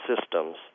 Systems